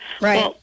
Right